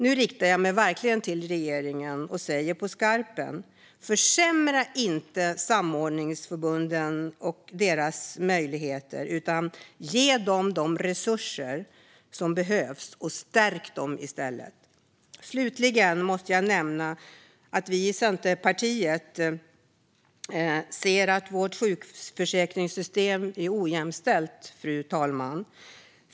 Nu riktar jag mig verkligen till regeringen och säger på skarpen: Försämra inte samordningsförbunden och deras möjligheter utan ge dem de resurser som behövs och stärk dem i stället! Slutligen måste jag nämna att vi i Centerpartiet ser att vårt sjukförsäkringssystem är ojämställt, fru talman.